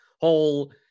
whole